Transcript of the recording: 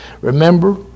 Remember